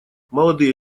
молодые